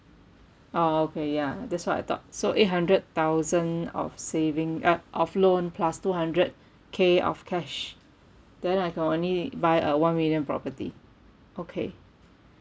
orh okay ya that's what I thought so eight hundred thousand of saving uh of loan plus two hundred K of cash then I can only buy a one million property okay